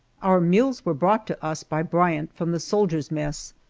our meals were brought to us by bryant from the soldiers' mess,